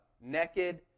Naked